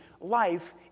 life